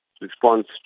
response